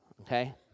okay